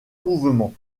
mouvements